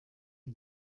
mir